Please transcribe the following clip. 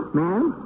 ma'am